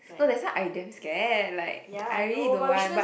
so that's why I damn scared like I really don't want but